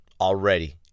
already